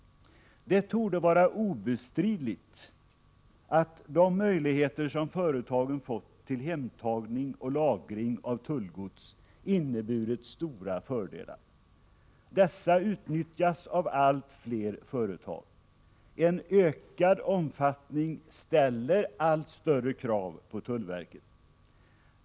Det torde vara obestridligt att de möjligheter som företagen har fått till hemtagning och lagring av tullgods har inneburit stora fördelar. Dessa utnyttjas av allt fler företag. En ökad omfattning av denna verksamhet ställer allt större krav på tullverket.